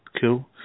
cool